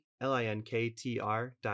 L-I-N-K-T-R